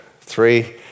three